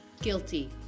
guilty